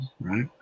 right